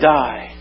die